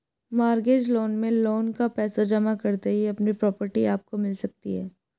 mortgage loan में loan का पैसा जमा करते ही अपनी प्रॉपर्टी आपको मिल सकती है